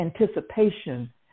anticipation